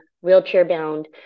wheelchair-bound